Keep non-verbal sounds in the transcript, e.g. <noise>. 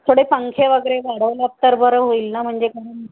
थोडे पंखे वगैरे वाढवलेत तर बरं होईल ना म्हणजे <unintelligible>